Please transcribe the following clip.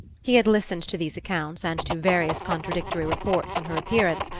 he had listened to these accounts, and to various contradictory reports on her appearance,